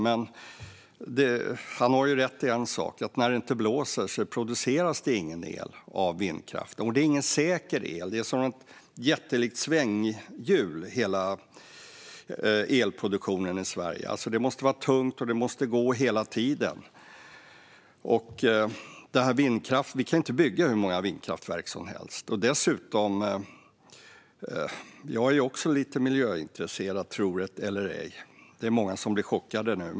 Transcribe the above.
Men han har rätt i en sak: När det inte blåser produceras det ingen el av vindkraften. Det är ingen säker el. Hela elproduktionen i Sverige är som ett jättelikt svänghjul. Det måste vara tungt, och det måste gå hela tiden. Vi kan inte heller bygga hur många vindkraftverk som helst. Jag är också lite miljöintresserad, tro det eller ej - det är många som blir chockade nu.